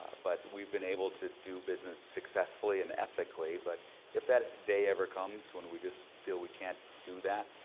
but we've been able to do business successfully and ethically. but if that day ever comes when we just feel we can't do that,